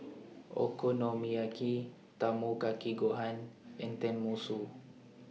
Okonomiyaki Tamago Kake Gohan and Tenmusu